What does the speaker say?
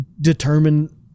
determine